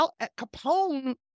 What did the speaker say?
Capone